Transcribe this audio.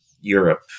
Europe